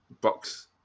box